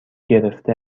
گرفته